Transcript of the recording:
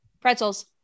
Pretzels